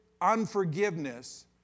unforgiveness